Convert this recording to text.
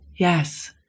Yes